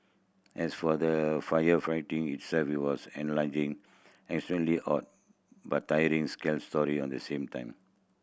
as for the firefighting itself it was exhilarating extremely hot but tiring scary sorry at the same time